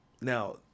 Now